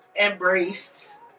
embraced